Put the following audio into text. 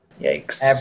Yikes